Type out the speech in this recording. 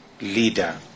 leader